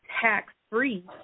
tax-free